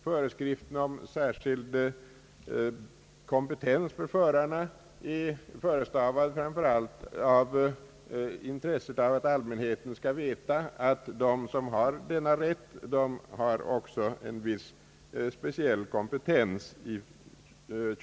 Föreskrifterna om särskild kompetens för förarna är betingade framför allt av allmänhetens intresse att få reda på att de som har denna rätt också har en viss speciell körkompetens.